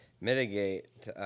mitigate